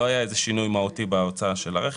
לא היה איזה שינוי מהותי בהוצאה של הרכב